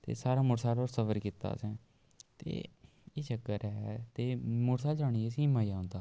ते सारें मौटरसैकल पर सफर कीता असें ते एह् चक्कर ऐ ते मौटरसैकल चलाने असेंई मजा औंदा